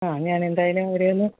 ആ ഞാൻ എന്തായാലും അവരെയൊന്ന്